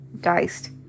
diced